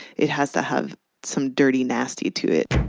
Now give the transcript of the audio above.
it has to have some dirty nasty to it